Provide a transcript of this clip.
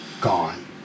gone